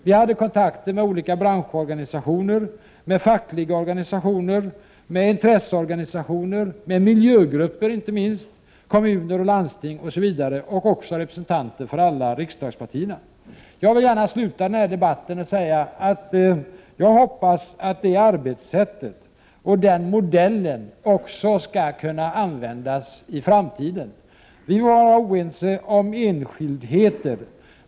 Vi hade kontakter med olika branschorganisationer, med fackliga organisationer, med intresseorganisationer, med miljögrupper inte minst, med kommuner och landsting osv., och även med representanter för alla riksdagspartier. Jag vill gärna sluta den här debatten med att säga att jag hoppas att det arbetssättet och den modellen också skall kunna användas i framtiden. Vi må vara oense om enskildheter.